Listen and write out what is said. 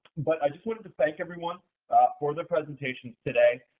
but i just wanted to thank everyone for their presentations today.